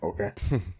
Okay